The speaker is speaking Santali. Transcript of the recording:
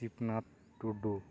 ᱥᱤᱵᱽᱱᱟᱛᱷ ᱴᱩᱰᱩ